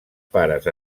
pares